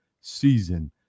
season